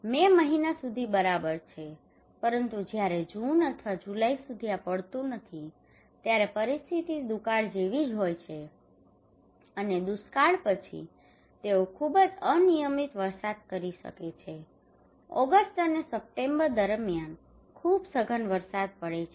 મે મહિના સુધી બરાબર છે પરંતુ જ્યારે જૂન અથવા જુલાઇ સુધી આ પડતું નથી ત્યારે પરિસ્થિતિ દુકાળ જેવી જ હોય છે અને દુષ્કાળ પછી તેઓ ખૂબ જ અનિયમિત વરસાદ કરી શકે છે ઓગસ્ટ અને સપ્ટેમ્બર દરમિયાન ખૂબ સઘન વરસાદ પડે છે